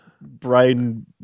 brain